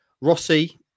Rossi